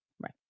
Right